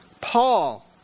Paul